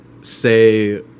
say